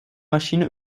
maschine